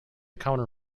counter